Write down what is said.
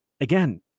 again